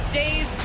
days